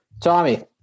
tommy